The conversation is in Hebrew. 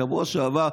בשבוע שעבר,